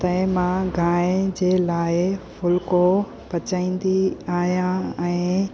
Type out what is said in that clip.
तंहिं मां गांइ जे लाइ फुल्को पचाईंदी आहियां ऐं